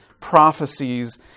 prophecies